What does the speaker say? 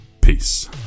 Peace